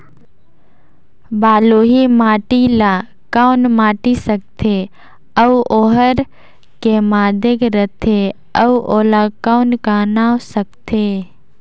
बलुही माटी ला कौन माटी सकथे अउ ओहार के माधेक राथे अउ ओला कौन का नाव सकथे?